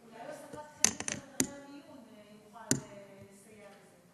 אולי הוספת תקנים בחדרי המיון, אם תוכל לסייע לזה.